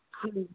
ਹਾਂਜੀ